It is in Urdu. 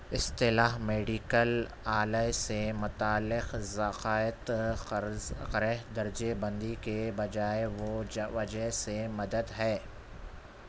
اصطلاح میڈیکل آلہ سے متعلق زکوٰۃ قرض قرح درجے بندی کے بجائے وہ وجہ سے مدد ہے